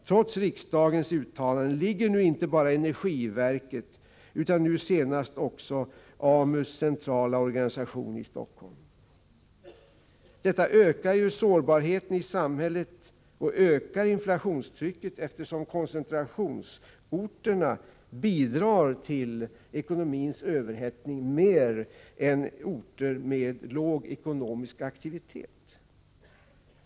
Trots riksdagens uttalanden ligger nu inte bara energiverket utan som det senaste exemplet även AMU:s centrala organisation i Stockholm. Detta ökar sårbarheten i samhället och ökar inflationstrycket, eftersom koncentrationsorterna bidrar till ekonomins överhettning mer än orter med låg ekonomisk aktivitet.